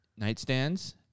Nightstands